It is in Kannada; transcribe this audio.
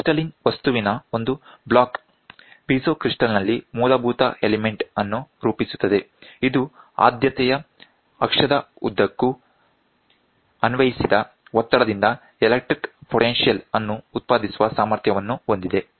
ಕ್ರಿಸ್ಟಲ್ಲೀನ್ ವಸ್ತುವಿನ ಒಂದು ಬ್ಲಾಕ್ ಪೀಜೋ ಕ್ರಿಸ್ಟಲ್ ನಲ್ಲಿ ಮೂಲಭೂತ ಎಲಿಮೆಂಟ್ ಅನ್ನು ರೂಪಿಸುತ್ತದೆ ಇದು ಆದ್ಯತೆಯ ಅಕ್ಷದ ಉದ್ದಕ್ಕೂ ಅನ್ವಯಿಸಿದ ಒತ್ತಡದಿಂದ ಎಲೆಕ್ಟ್ರಿಕ್ ಪೊಟೆನ್ಶಿಯಲ್ ಅನ್ನು ಉತ್ಪಾದಿಸುವ ಸಾಮರ್ಥ್ಯವನ್ನು ಹೊಂದಿದೆ